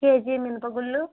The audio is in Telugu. కేజీ మినపగుళ్ళు